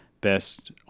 best